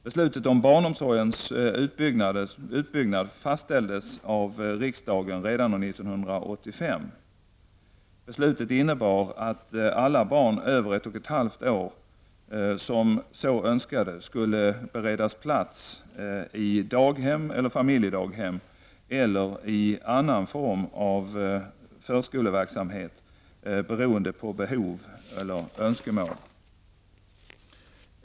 Beslutet om barnomsorgens utbyggnad fattades av riksdagen redan år 1985. Beslutet innebar att alla barn över ett och ett halvt år som så önskade skulle beredas plats i daghem eller familjedaghem eller i annan form av förskoleverksamhet beroende på behov eller önskemål.